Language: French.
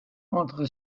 entre